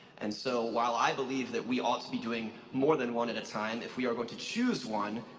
and so while i believe that we ought to be doing more than one at a time, if we're going to choose one,